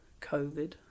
covid